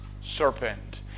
serpent